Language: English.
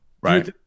Right